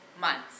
months